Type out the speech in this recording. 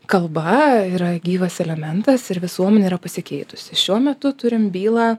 kalba yra gyvas elementas ir visuomenė yra pasikeitusi šiuo metu turim bylą